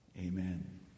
Amen